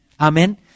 Amen